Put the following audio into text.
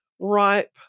ripe